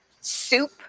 soup